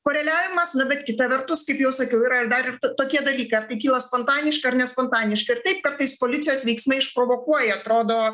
koreliavimas na bet kita vertus kaip jau sakiau yra ir dar ir tokie dalykai ar tai kyla spontaniška ar nespontaniškai ir taip kartais policijos veiksmai išprovokuoja atrodo